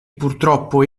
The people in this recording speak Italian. purtroppo